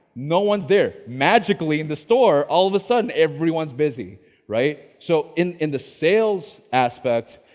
no one's there. magically in the store, all of a sudden everyone's busy right. so in in the sales aspect,